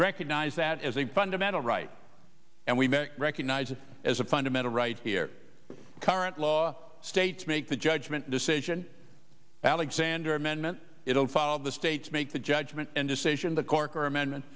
recognize that as a fundamental right and we recognize it as a fundamental right here the current law states make the judgment decision alexander amendment it will fall the states make the judgment and decision the corker amendment